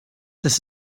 das